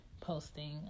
posting